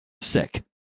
sick